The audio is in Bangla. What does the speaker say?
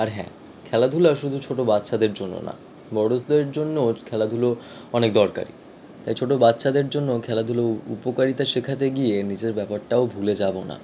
আর হ্যাঁ খেলাধূলা শুধু ছোট বাচ্চাদের জন্য না বড়দের জন্যও খেলাধুলো অনেক দরকারি তাই ছোট বাচ্চাদের জন্য খেলাধুলো উ উপকারিতা শেখাতে গিয়ে নিজের ব্যাপারটাও ভুলে যাবো না